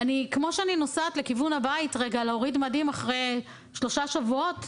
כמו שאני נוסעת לכיוון הבית רגע להוריד מדים אחרי שלושה שבועות,